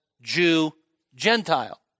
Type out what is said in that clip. Jew-Gentile